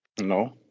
No